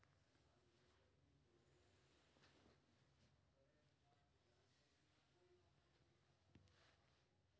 Roman engineer Sergius Orata के सीप के व्यवसाय खातिर जानल जाइ छै